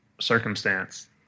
circumstance